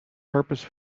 purpose